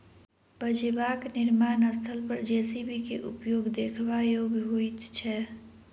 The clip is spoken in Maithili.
पजेबाक निर्माण स्थल पर जे.सी.बी के उपयोग देखबा योग्य होइत छै